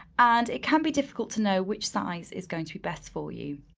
and it can be difficult to know which size is going to be best for you.